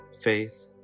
faith